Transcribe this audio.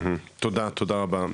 תודה, תודה רבה.